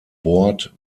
bord